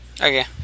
Okay